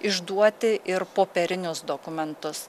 išduoti ir popierinius dokumentus